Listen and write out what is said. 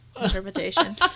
interpretation